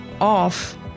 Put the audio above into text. off